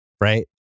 right